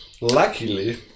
Luckily